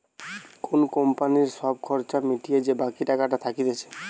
কোন কোম্পানির সব খরচা মিটিয়ে যে বাকি টাকাটা থাকতিছে